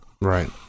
Right